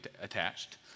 attached